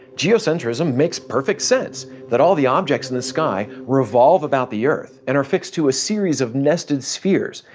geocentrism makes perfect sense that all the objects in the sky revolve about the earth, and are fixed to a series of nested spheres,